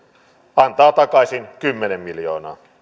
antaa takaisin kymmenen miljoonaa